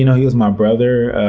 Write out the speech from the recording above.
you know he was my brother,